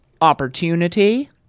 opportunity